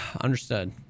Understood